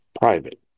private